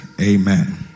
amen